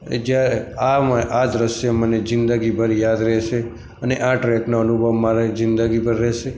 એ જયારે આ મ આ દૃશ્ય મને જિંંદગીભર યાદ રહેશે અને આ ટ્રૅકનો અનુભવ મારે જિંદગીભર રહેશે